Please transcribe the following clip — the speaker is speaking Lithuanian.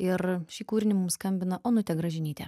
ir šį kūrinį mums skambina onutė gražinytė